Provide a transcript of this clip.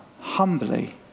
humbly